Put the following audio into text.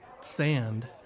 sand